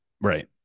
right